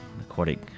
aquatic